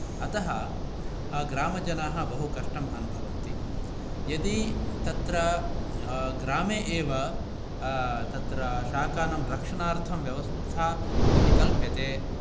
अतः ग्रामजनाः बहुकष्टम् अनुभवन्ति यदि तत्र ग्रामे एव तत्र शाकानां रक्षणार्थं व्यवस्था यदि कल्प्यते